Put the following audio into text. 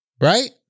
Right